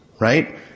right